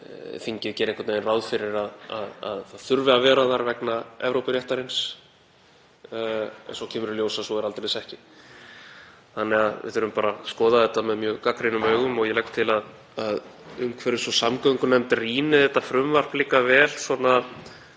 og þingið geri einhvern veginn ráð fyrir að það þurfi að vera þar vegna Evrópuréttarins en svo kemur í ljós að svo er aldeilis ekki. Þannig að við þurfum bara að skoða þetta með mjög gagnrýnum augum. Ég legg til að umhverfis- og samgöngunefnd rýni þetta frumvarp líka vel með